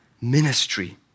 ministry